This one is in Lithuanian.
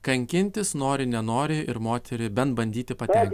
kankintis nori nenori ir moterį bent bandyti paten